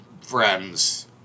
friends